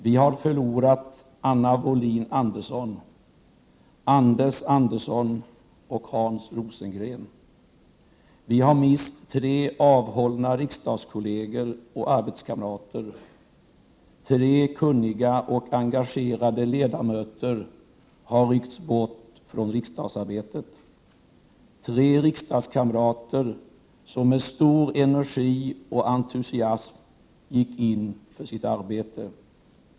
Vi har förlorat Anna Wohlin-Andersson, Anders Andersson och Hans Rosengren. Vi har mist tre avhållna riksdagskollegor och arbetskamrater. Tre kunniga och engagerade ledamöter har ryckts bort från riksdagsarbetet — tre riksdagskamrater som med stor energi och entusiasm gick in för sitt arbete.